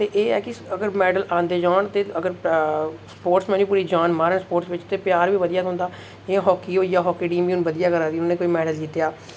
ते एह् ऐ कि अगर मैडल आंदे जान अगर स्पोर्टमैन बी पूरी जान मारन स्पोर्ट्स बिच ते प्यार बी बधिया थ्होंदा जियां हाकी होई गेआ हाकी होई गेआ हाकी टीम बी हून बधिया करा दी उन्ने कोई मैडल जित्तेआ